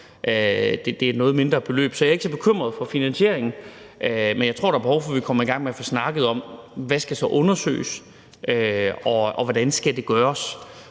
det er et noget mindre beløb. Så jeg er ikke så bekymret for finansieringen, men jeg tror, der er behov for, at vi kommer i gang med at få snakket om, hvad der så skal undersøges, og hvordan det skal gøres.